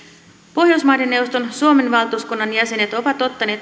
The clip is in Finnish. pohjoismaiden neuvoston suomen valtuuskunnan jäsenet ovat ottaneet